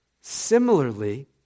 similarly